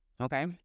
Okay